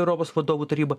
europos vadovų taryba